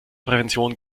prävention